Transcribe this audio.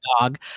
dog